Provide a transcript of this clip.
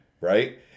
Right